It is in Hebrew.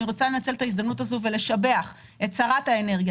אני רוצה לנצל את ההזדמנות הזו ולשבח את שרת האנרגיה